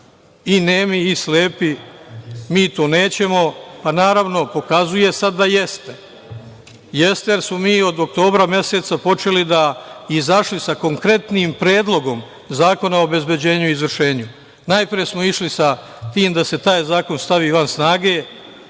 i nemi i slepi, mi tu nećemo. Pa naravno, pokazuje sada da jeste. Jeste jer smo mi od oktobra meseca izašli sa konkretnim predlogom Zakona o obezbeđenju i izvršenju. Najpre, smo išli sa tim da se taj zakon stavi van snage,